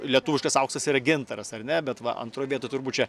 lietuviškas auksas yra gintaras ar ne bet va antroj vietoj turbūt čia